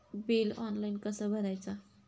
Bill online कसा भरायचा?